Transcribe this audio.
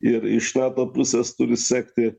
ir iš nato pusės turi sekti